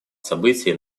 события